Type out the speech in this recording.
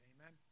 Amen